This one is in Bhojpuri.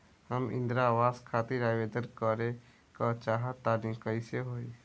हम इंद्रा आवास खातिर आवेदन करे क चाहऽ तनि कइसे होई?